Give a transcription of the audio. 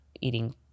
eating